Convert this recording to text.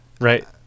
right